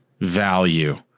value